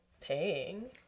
paying